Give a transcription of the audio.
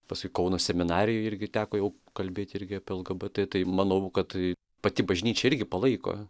paskui kauno seminarijoj irgi teko jau kalbėt irgi apie lgbt tai manau kad tai pati bažnyčia irgi palaiko